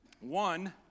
One